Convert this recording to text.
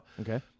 okay